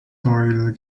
doyle